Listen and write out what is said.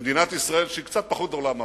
במדינת ישראל, שהיא קצת פחות גדולה מארצות-הברית,